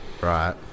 right